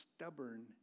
stubborn